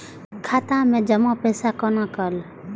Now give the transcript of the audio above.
खाता मैं जमा पैसा कोना कल